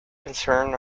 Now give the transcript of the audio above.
concern